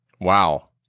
Wow